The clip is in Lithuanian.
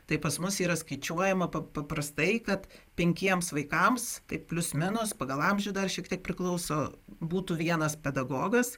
tai pas mus yra skaičiuojama pa paprastai kad penkiems vaikams taip plius minus pagal amžių dar šiek tiek priklauso būtų vienas pedagogas